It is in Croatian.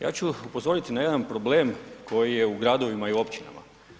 Ja ću upozoriti na jedan problem koji je u gradovima i općinama.